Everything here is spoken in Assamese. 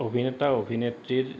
অভিনেতা অভিনেত্ৰীৰ